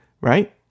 right